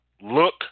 look